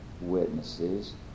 witnesses